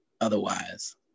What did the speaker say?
otherwise